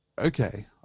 okay